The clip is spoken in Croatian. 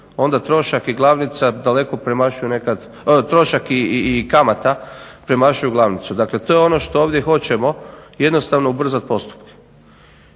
nekad, trošak i kamata premašuju glavnicu. Dakle, to je ono što ovdje hoćemo jednostavno ubrzati postupke.